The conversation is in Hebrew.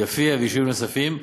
יפיע ויישובים נוספים.